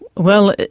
well,